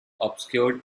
obscured